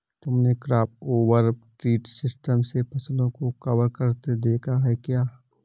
तुमने crop over tree system से फसलों को कवर करते देखा है क्या?